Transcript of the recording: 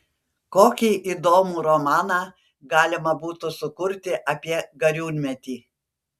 kokį įdomų romaną galima būtų sukurti apie gariūnmetį